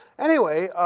anyway,